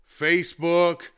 Facebook